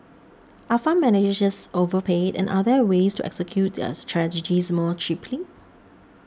are fund managers overpaid and are there ways to execute their strategies more cheaply